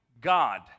God